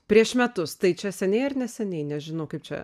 prieš metus tai čia seniai ar neseniai nežinau kaip čia